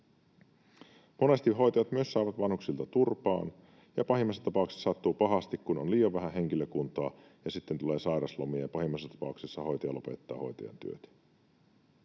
Monesti hoitajat myös saavat vanhuksilta turpaan ja pahimmassa tapauksessa sattuu pahasti, kun on liian vähän henkilökuntaa, ja sitten tulee sairauslomia ja pahimmassa tapauksessa hoitaja lopettaa hoitajan työt.”